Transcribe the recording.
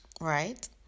Right